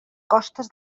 costes